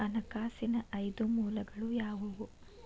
ಹಣಕಾಸಿನ ಐದು ಮೂಲಗಳು ಯಾವುವು?